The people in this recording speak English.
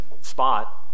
Spot